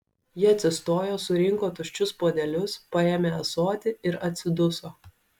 ji atsistojo surinko tuščius puodelius paėmė ąsotį ir atsiduso